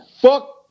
fuck